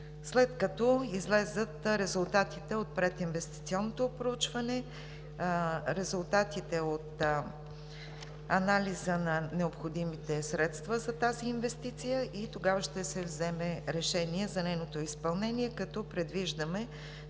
след като излязат резултатите от прединвестиционното проучване, резултатите от анализа на необходимите средства за тази инвестиция и тогава ще се вземе решение за нейното изпълнение, като предвиждаме